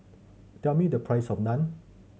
tell me the price of Naan